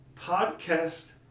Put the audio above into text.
podcast